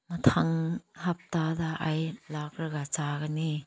ꯃꯊꯪ ꯍꯞꯇꯥꯗ ꯑꯩ ꯂꯥꯛꯂꯒ ꯆꯥꯒꯅꯤ